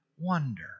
wonder